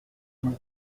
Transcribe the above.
d’une